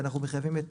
ואנו מחייבים את